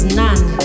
none